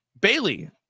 Bailey